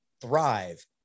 thrive